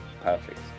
Perfect